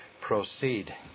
proceed